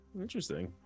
Interesting